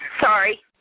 Sorry